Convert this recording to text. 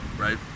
right